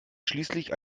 schließlich